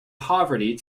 poverty